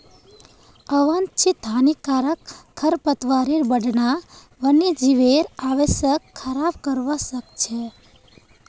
आवांछित हानिकारक खरपतवारेर बढ़ना वन्यजीवेर आवासक खराब करवा सख छ